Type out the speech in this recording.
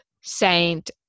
Saint